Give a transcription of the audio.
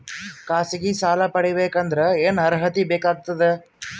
ಖಾಸಗಿ ಸಾಲ ಪಡಿಬೇಕಂದರ ಏನ್ ಅರ್ಹತಿ ಬೇಕಾಗತದ?